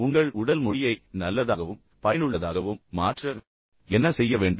உங்கள் உடல் மொழியை நல்லதாகவும் பயனுள்ளதாகவும் மாற்ற நீங்கள் என்ன செய்ய வேண்டும்